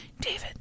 david